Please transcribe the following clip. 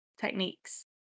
techniques